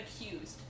accused